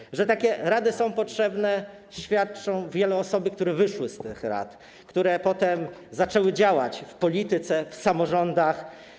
O tym, że takie rady są potrzebne, świadczy wiele osób, które wyszły z tych rad, które potem zaczęły działać w polityce, w samorządach.